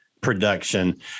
production